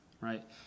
right